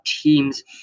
teams